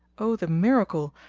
o the miracle,